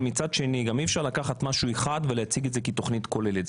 אבל מצד שני אי אפשר לקחת משהו אחד ולהציג אותו כתכנית כוללת.